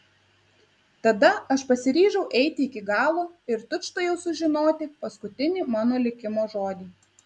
tada aš pasiryžau eiti iki galo ir tučtuojau sužinoti paskutinį mano likimo žodį